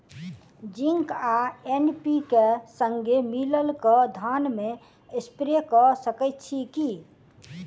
Zinc आ NPK, संगे मिलल कऽ धान मे स्प्रे कऽ सकैत छी की?